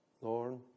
Lord